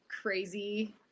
crazy